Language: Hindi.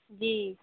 जी